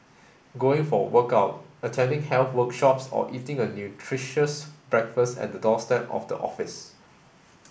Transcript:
going for a workout attending health workshops or eating a nutritious breakfast at the doorstep of the office